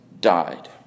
died